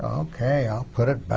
okay, i'll put it